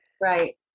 Right